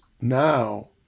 now